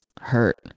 hurt